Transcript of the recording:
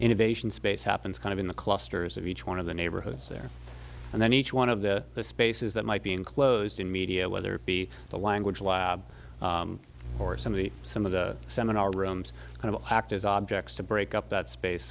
innovation space happens kind of in the clusters of each one of the neighborhoods there and then each one of the spaces that might be enclosed in media whether it be the language lab or some of the some of the seminar rooms kind of act as objects to break up that space